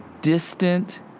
distant